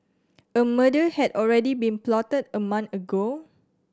a murder had already been plotted a month ago